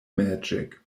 magic